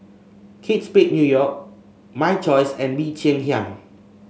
Kate Spade New York My Choice and Bee Cheng Hiang